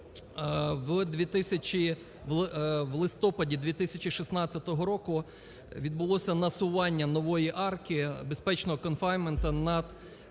в листопаді 2016 року відбулося насування нової арки безпечного конфайнменту над